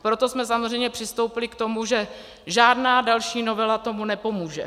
Proto jsme samozřejmě přistoupili k tomu, že žádná další novela tomu nepomůže.